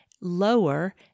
lower